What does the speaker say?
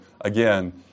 again